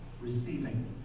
Receiving